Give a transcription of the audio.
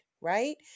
right